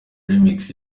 remix